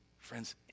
Friends